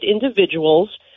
individuals